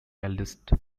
eldest